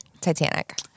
Titanic